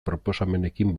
proposamenekin